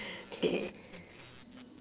K